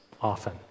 often